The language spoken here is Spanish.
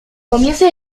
comienza